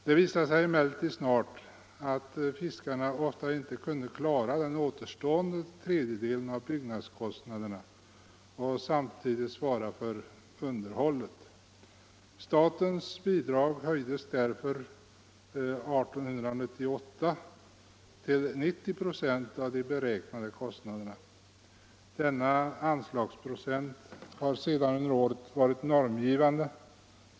Det visade sig emellertid snart att fiskarna ofta inte kunde klara av den återstående tredjedelen av byggnadskostnaderna och samtidigt svara för hamnens underhåll. Statens bidrag höjdes därför av 1898 års riksdag till 90 96 av de beräknade kostnaderna. Denna anslagsprocent har sedan under åren varit normgivande.